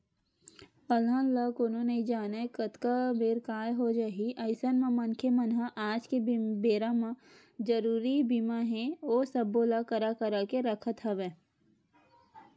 अलहन ल कोनो नइ जानय कतका बेर काय हो जाही अइसन म मनखे मन ह आज के बेरा म जरुरी बीमा हे ओ सब्बो ल करा करा के रखत हवय